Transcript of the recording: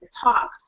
talk